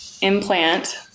implant